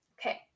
Okay